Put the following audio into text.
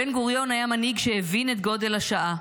בן-גוריון היה מנהיג שהבין את גודל השעה,